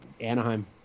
Anaheim